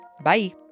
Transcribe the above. Bye